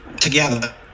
together